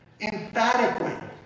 emphatically